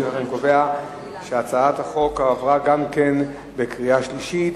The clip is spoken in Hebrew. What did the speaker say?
אני קובע שהצעת החוק עברה גם בקריאה שלישית,